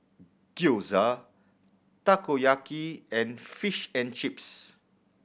Gyoza Takoyaki and Fish and Chips